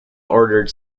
ordered